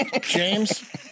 James